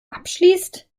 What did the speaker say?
abschließt